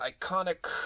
iconic